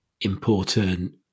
important